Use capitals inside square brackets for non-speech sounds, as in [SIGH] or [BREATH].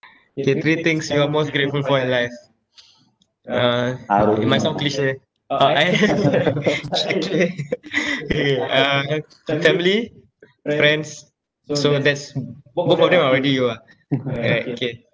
K three things you are most grateful for in life [BREATH] uh it might sound cliche orh I [LAUGHS] actually [LAUGHS] K uh family friends so that's both of them are already you ah alright K